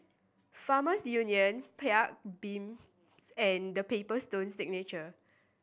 Farmers Union Paik Bibim and Paper Stone Signature